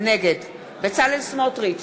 נגד בצלאל סמוטריץ,